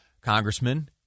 Congressman